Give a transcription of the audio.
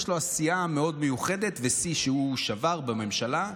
יש לו עשייה מאוד מיוחדת ושיא שהוא שבר בממשלה,